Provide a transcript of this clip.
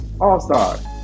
all-stars